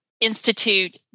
Institute